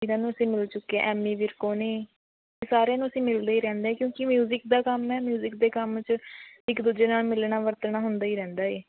ਜਿੰਨ੍ਹਾਂ ਨੂੰ ਅਸੀਂ ਮਿਲ ਚੁੱਕੇ ਆ ਐਂਮੀ ਵਿਰਕ ਉਨੀਂ ਇਹ ਸਾਰਿਆਂ ਨੂੰ ਅਸੀਂ ਮਿਲਦੇ ਹੀ ਰਹਿੰਦੇ ਹੈ ਕਿਉਂਕਿ ਮਿਊਜ਼ਿਕ ਦਾ ਕੰਮ ਹੈ ਮਿਊਜ਼ਿਕ ਦੇ ਕੰਮ 'ਚ ਇੱਕ ਦੂਜੇ ਨਾਲ਼ ਮਿਲਣਾ ਵਰਤਣਾ ਹੁੰਦਾ ਹੀ ਰਹਿੰਦਾ ਹੈ